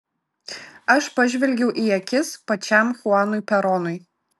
aš pažvelgiau į akis pačiam chuanui peronui